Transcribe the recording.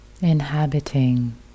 inhabiting